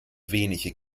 wenige